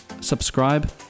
subscribe